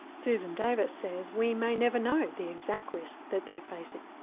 susan davis says we may never know the exact risk that they're facing.